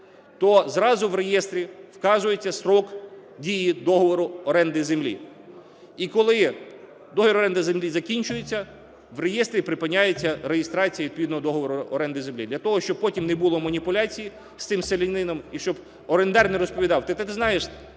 то зразу в реєстрі вказується строк дії договору оренди землі. І коли договір оренди землі закінчується, в реєстрі припиняється реєстрація відповідного договору оренди землі, для того щоб потім не було маніпуляцій з цим селянином і щоб орендар не розповідав: